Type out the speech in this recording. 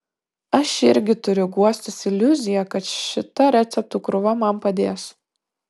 aš irgi turiu guostis iliuzija kad šita receptų krūva man padės